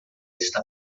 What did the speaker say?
está